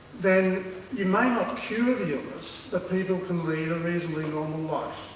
then you may not cure the illness, but people can lead a reasonably normal life.